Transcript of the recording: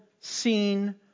seen